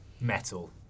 metal